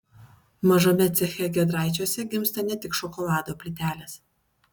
mažame ceche giedraičiuose gimsta ne tik šokolado plytelės